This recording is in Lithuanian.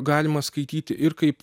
galima skaityti ir kaip